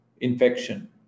infection